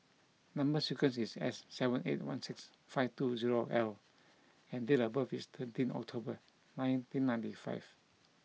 number sequence is S seven eight one six five two zero L and date of birth is thirteen October nineteen ninety five